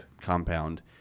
compound